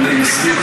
אני מסכים,